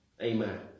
Amen